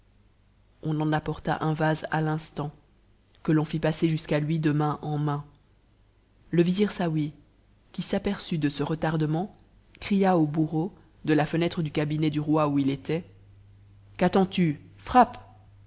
on en apporta un vase à hustant que l'on fit passer jusqu'à lui de main en main le vizir saouy ui s'aperçut de ce retardement cria au bourreau de la ienétre du cabinet du roi où il était qu'attends-tu frappe